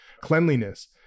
cleanliness